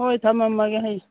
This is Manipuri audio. ꯍꯣꯏ ꯊꯝꯃꯝꯃꯒꯦ ꯍꯌꯦꯡ